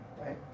right